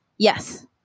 Yes